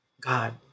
God